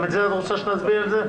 אז לא נצביע על זה.